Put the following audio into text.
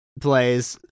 plays